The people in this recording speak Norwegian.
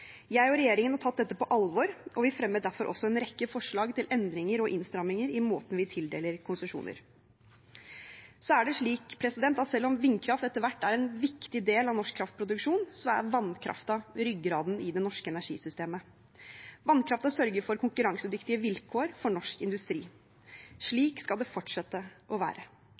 Jeg og regjeringen har tatt dette på alvor, og vi fremmer derfor en rekke forlag til endringer og innstramminger i måten vi tildeler konsesjoner på. Selv om vindkraft etter hvert er en viktig del av norsk kraftproduksjon, er vannkraften ryggraden i det norske energisystemet. Vannkraften sørger for konkurransedyktige vilkår for norsk industri. Slik skal det fortsette å være.